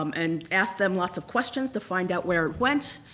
um and asked them lots of questions to find out where it went,